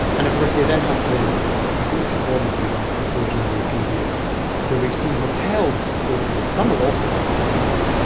and of course, they then have to be put into quarantine for a fourteen day period so we've seen hotels open them. some are offering, in fact,